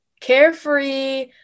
Carefree